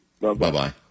Bye-bye